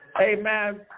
Amen